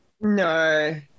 no